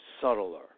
subtler